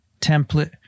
template